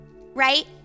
right